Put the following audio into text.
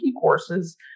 courses